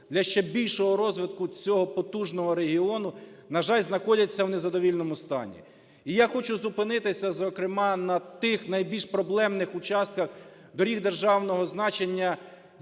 для ще більшого розвитку цього потужного регіону, на жаль, знаходяться в незадовільному стані. І я хочу зупинитися, зокрема на тих найбільш проблемнихучастках доріг державного значення,